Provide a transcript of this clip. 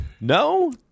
No